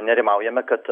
nerimaujame kad